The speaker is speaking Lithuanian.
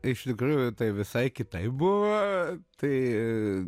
iš tikrųjų tai visai kitaip buvo tai